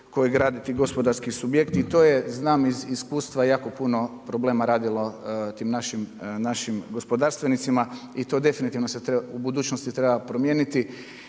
koji graditi gospodarski subjekt i to je znam iz iskustva jako puno problema radilo tim našim gospodarstvenicima i to se u budućnosti definitivno treba promijeniti